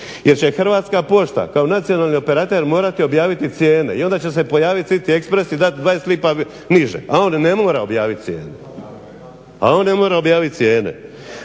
Jer će Hrvatska pošta kao nacionalni operater morati objaviti cijene i onda će se pojaviti City Express i dati 20 lipa niže, a on ne mora objaviti cijenu. Prema tome, nije